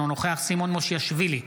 אינו נוכח סימון מושיאשוילי,